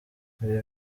ibi